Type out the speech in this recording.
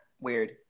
Weird